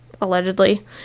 allegedly